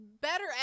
better